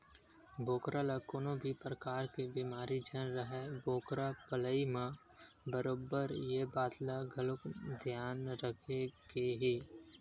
बोकरा ल कोनो भी परकार के बेमारी झन राहय बोकरा पलई म बरोबर ये बात ल घलोक धियान रखे के हे